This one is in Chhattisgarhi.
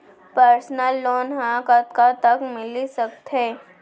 पर्सनल लोन ह कतका तक मिलिस सकथे?